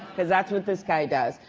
because that's what this guy does.